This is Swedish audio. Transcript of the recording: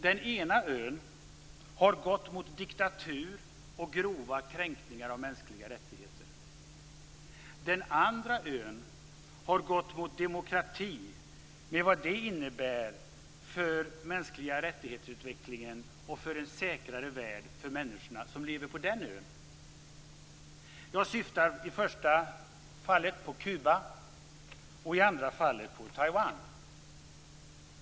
Den ena ön har gått mot diktatur och grova kränkningar av mänskliga rättigheter. Den andra ön har gått mot demokrati med vad det innebär för mänskliga rättighetsutvecklingen och för en säkrare värld för människorna som lever på ön. Jag syftar i första fallet på Kuba, i andra fallet på Taiwan.